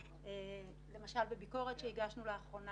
כמו ביקורת שהגשנו לאחרונה